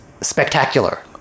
spectacular